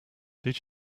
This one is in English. did